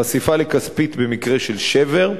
חשיפה לכספית במקרה של שבר,